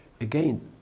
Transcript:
Again